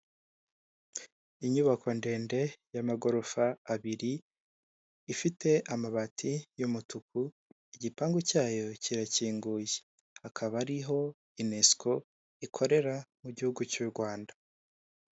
Inyubako ndende y'amagorofa abiri, ifite amabati y'umutuku, igipangu cyayo kirakinguye akaba ariho UNESCO ikorera mu gihugu cy'u Rwanda.